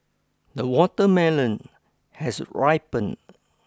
the watermelon has ripened